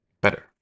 better